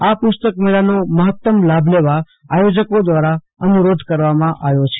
આ પુસ્તક મેળાનોમફત્તમ લાભ લેવા આયોજકો દ્રારા અનુરોધ કરવામાં આવ્યો છે